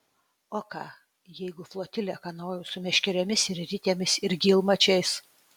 o ką jeigu flotilę kanojų su meškerėmis ir ritėmis ir gylmačiais